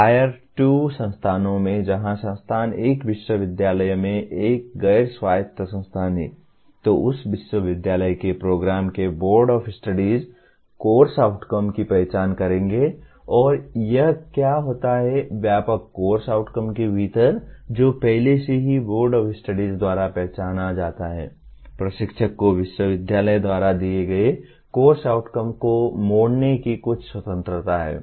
Tier 2 संस्थानों में जहां संस्थान एक विश्वविद्यालय में एक गैर स्वायत्त संस्थान है तो उस विश्वविद्यालय के प्रोग्राम के board of studies course outcome की पहचान करेंगे और यहां क्या होता है व्यापक कोर्स आउटकम के भीतर जो पहले से ही बोर्ड ऑफ़ स्टडीज द्वारा पहचाना जाता है प्रशिक्षक को विश्वविद्यालय द्वारा दिए गए कोर्स आउटकम को मोड़ने की कुछ स्वतंत्रता है